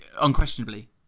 unquestionably